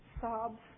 sobs